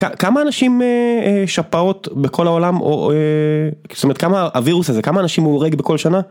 כמה אנשים... שפעות בכל העולם... זאת אומרת, הוירוס הזה, כמה אנשים הורג בכל שנה?